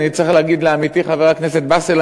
אני צריך להגיד לעמיתי חבר הכנסת באסל,